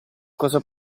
cosa